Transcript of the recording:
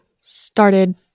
started